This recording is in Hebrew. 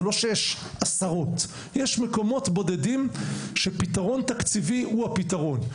זה לא שיש עשרות יש מקומות בודדים שפתרון תקציבי הוא הפתרון,